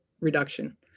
reduction